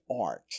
art